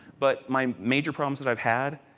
but my major problems that i have had,